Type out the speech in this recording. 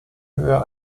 höher